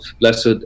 Blessed